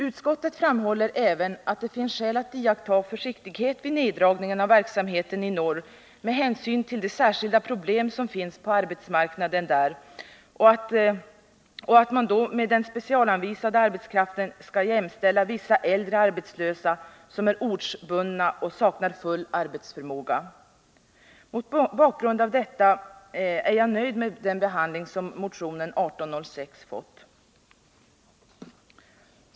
Utskottet framhåller även att det finns skäl att iaktta viss försiktighet vid neddragningen av verksamheten i norr med hänsyn till de särskilda problem som finns på arbetsmarknaden där och att med den specialanvisade arbetskraften jämställa vissa äldre arbetslösa som är ortsbundna och saknar full arbetsförmåga. Mot bakgrund av detta är jag nöjd med den behandling motion 1806 fått.